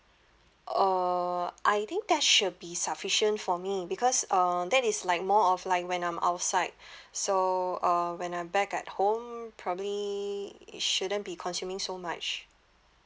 uh I think that should be sufficient for me because um that is like more of like when I'm outside so uh when I'm back at home probably it shouldn't be consuming so much